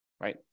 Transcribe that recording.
Right